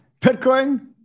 Bitcoin